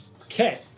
Okay